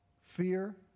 fear